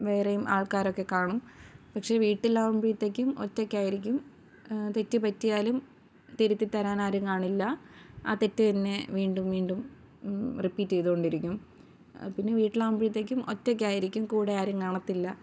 വേറെയും ആൾക്കാരൊക്കെ കാണും പക്ഷേ വീട്ടിലാകുമ്പോഴത്തേക്കും ഒറ്റക്കായിരിക്കും തെറ്റു പറ്റിയാലും തിരുത്തി തരാനാരും കാണില്ല ആ തെറ്റു തന്നെ വീണ്ടും വീണ്ടും റിപ്പീറ്റ് ചെയ്തു കൊണ്ടിരിക്കും പിന്നെ വീട്ടിലാകുമ്പോഴത്തേക്കും ഒറ്റക്കായിരിക്കും കൂടെ ആരും കാണത്തില്ല